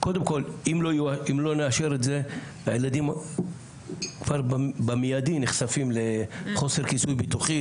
קודם כל אם לא נאשר את זה הילדים במיידי נחשפים לחוסר כיסוי ביטוחי.